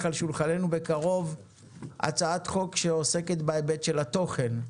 על שולחננו בקרוב הצעת חוק שעוסקת בהיבט של התוכן.